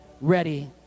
ready